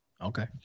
Okay